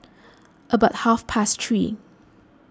about half past three